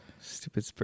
Stupid